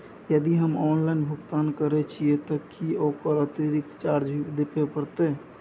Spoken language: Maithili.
यदि हम ऑनलाइन भुगतान करे छिये त की ओकर अतिरिक्त चार्ज भी देबे परतै?